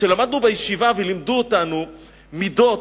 כשלמדנו בישיבה לימדו אותנו מידות,